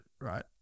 Right